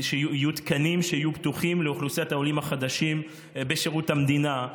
יהיו תקנים שיהיו פתוחים לאוכלוסיית העולים החדשים בשירות המדינה,